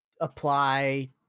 apply